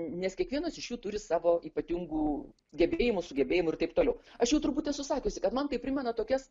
nes kiekvienas iš jų turi savo ypatingų gebėjimų sugebėjimų ir taip toliau aš jau turbūt esu sakiusi kad man tai primena tokias